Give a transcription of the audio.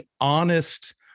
honest